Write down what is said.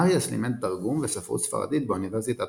מריאס לימד תרגום וספרות ספרדית באוניברסיטת